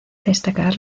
destacar